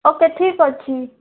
ଓ କେ ଠିକ୍ ଅଛି